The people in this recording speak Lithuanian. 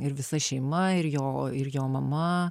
ir visa šeima ir jo ir jo mama